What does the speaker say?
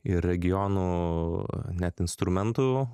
ir regionų net instrumentų